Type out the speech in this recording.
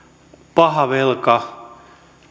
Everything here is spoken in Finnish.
paha velka